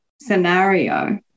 scenario